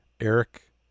Eric